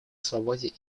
свободе